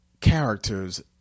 characters